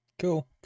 Cool